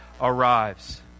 arrives